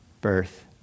birth